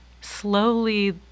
slowly